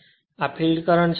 અને આ field current છે